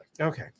Okay